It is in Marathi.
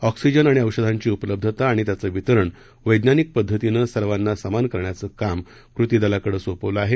ऑक्सिजन आणि औषधांची उपलब्धता आणि त्याचं वितरण वैज्ञानिक पद्धतीनं सर्वांना समान करण्याचं काम कृती दलाकडे सोपवलं आहे